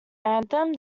anthem